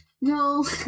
No